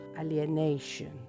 alienation